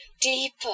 Deeper